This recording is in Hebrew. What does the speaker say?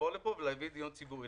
לבוא לפה ולקיים דיון ציבורי.